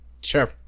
Sure